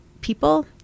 people